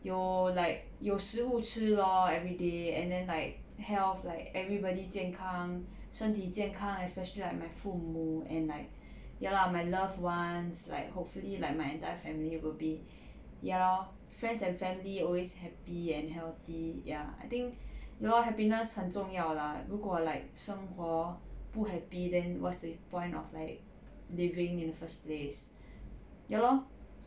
有 like 有食物吃 lor everyday and then like health like everybody 健康身体健康 especially like my 父母 and like ya lah my loved ones like hopefully like my entire family will be ya lor friends and family always happy and healthy ya I think you know what happiness 很重要 lah 如果 like 生活不 happy then what's the point of like living in the first place ya lor